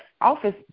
office